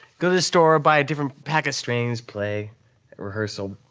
go to store, buy a different pack of strings, play at rehearsal.